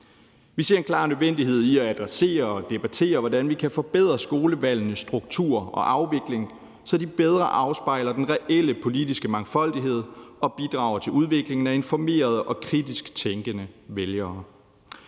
Vi ser en klar nødvendighed i at adressere og debattere, hvordan vi kan forbedre skolevalgenes struktur og afvikling, så de bedre afspejler den reelle politiske mangfoldighed og bidrager til udviklingen af informerede og kritisk tænkende vælgere.